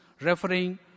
referring